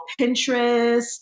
Pinterest